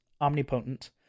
omnipotent